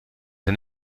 een